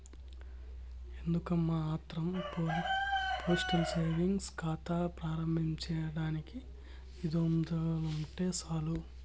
ఎందుకమ్మా ఆత్రం postal savings కాతా ప్రారంబించేదానికి ఐదొందలుంటే సాలు